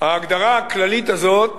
ההגדרה הכללית הזאת,